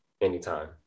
anytime